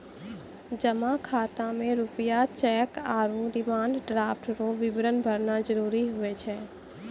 जमा खाता मे रूपया चैक आरू डिमांड ड्राफ्ट रो विवरण भरना जरूरी हुए छै